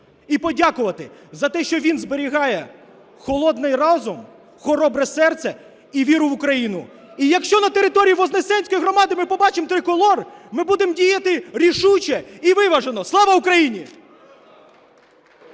і подякувати за те, що він зберігає холодний розум, хоробре серце і віру в Україну. І якщо на території Вознесенської громади ми побачимо триколор, ми будемо діяти рішуче і виважено. Слава Україні!